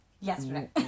Yesterday